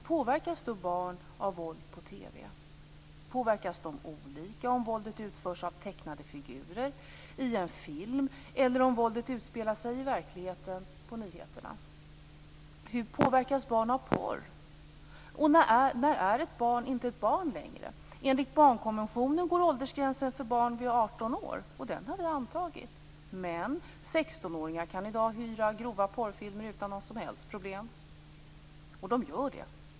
Påverkas barn av våld på TV? Påverkas de olika om våldet utförs av tecknade figurer i en film eller om våldet utspelar sig i verkligheten på nyheterna? Hur påverkas barn av porr? Och när är ett barn inte ett barn längre? Enligt barnkonventionen går åldersgränsen för barn vid 18 år och den har vi antagit. Men 16-åringar kan i dag hyra grova porrfilmer utan några som helst problem, och de gör det.